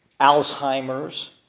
Alzheimer's